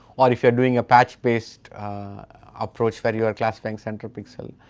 or if you are doing a patch-based approach where you are classifying centre pixel,